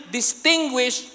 distinguish